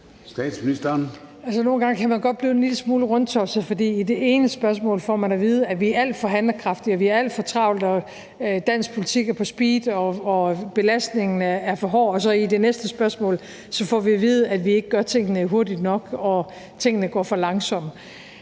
Frederiksen): Nogle gange kan man godt blive en lille smule rundtosset, for i det ene spørgsmål får man at vide, at vi er alt for handlekraftige, og at vi har alt for travlt, og at dansk politik er på speed og belastningen er for høj og sådan noget. Og i det næste spørgsmål får vi at vide, at vi ikke gør tingene hurtigt nok, og at tingene går for langsomt.